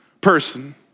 person